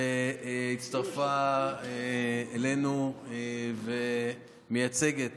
שהצטרפה אלינו ומייצגת